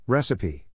Recipe